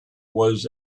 was